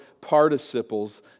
participles